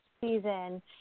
season